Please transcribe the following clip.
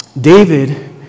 David